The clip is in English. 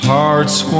Hearts